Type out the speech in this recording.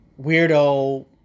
weirdo